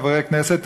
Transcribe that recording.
חברי הכנסת,